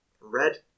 red